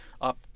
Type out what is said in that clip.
up